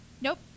Nope